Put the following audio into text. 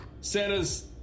Santa's